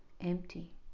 empty